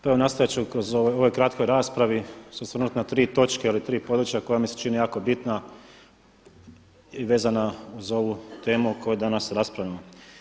Pa evo nastojat ću u ovoj kratkoj raspravi se osvrnuti se na tri točke ili tri područja koja mi se čine jako bitna i vezana uz ovu temu o kojoj danas raspravljamo.